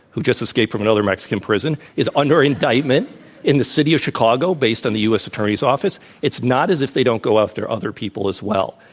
who just escaped from another mexican prison, is under indictment in the city of chicago based on the u. s. attorney's office. it's not as if they don't go after other people as well.